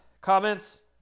comments